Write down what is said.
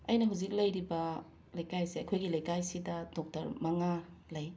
ꯑꯩꯅ ꯍꯧꯖꯤꯛ ꯂꯩꯔꯤꯕ ꯂꯩꯀꯥꯏꯁꯦ ꯑꯩꯈꯣꯏꯒꯤ ꯂꯩꯀꯥꯏꯁꯤꯗ ꯗꯣꯛꯇꯔ ꯃꯉꯥ ꯂꯩ